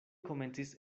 komencis